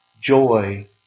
joy